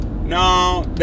No